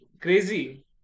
crazy